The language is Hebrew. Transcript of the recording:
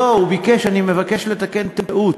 לא, הוא ביקש, אני מבקש לתקן טעות.